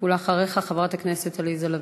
אחריך, חברת הכנסת עליזה לביא.